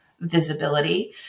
visibility